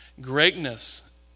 greatness